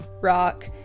rock